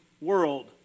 world